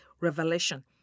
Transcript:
Revelation